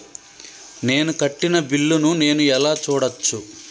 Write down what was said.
నేను కట్టిన బిల్లు ను నేను ఎలా చూడచ్చు?